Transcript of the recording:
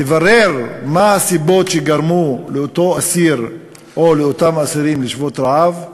לברר מה הסיבות שגרמו לאותו אסיר או לאותם אסירים לשבות רעב,